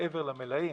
מעבר למלאים,